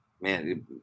man